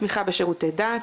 תמיכה בשירותי דת,